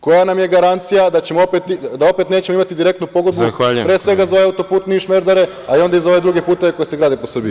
Koja nam je garancija da opet nećemo imati direktnu pogodbu, pre svega za ovaj autoput Niš-Merdare, a onda i za ove druge puteve koji se grade po Srbiji?